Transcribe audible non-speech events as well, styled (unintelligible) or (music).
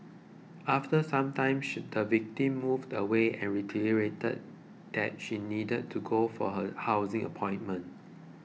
after some time should the victim moved away and reiterated (unintelligible) that she needed to go for her housing appointment